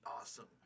awesome